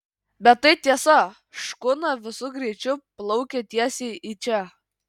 bet tai tiesa škuna visu greičiu plaukia tiesiai į čia